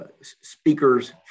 speakers